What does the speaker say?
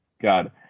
god